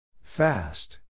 Fast